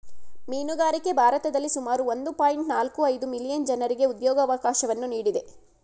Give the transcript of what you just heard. ಮೀನುಗಾರಿಕೆ ಭಾರತದಲ್ಲಿ ಸುಮಾರು ಒಂದು ಪಾಯಿಂಟ್ ನಾಲ್ಕು ಐದು ಮಿಲಿಯನ್ ಜನರಿಗೆ ಉದ್ಯೋಗವಕಾಶವನ್ನು ನೀಡಿದೆ